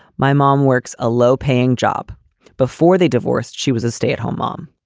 my mom works a low paying job before they divorced. she was a stay at home mom.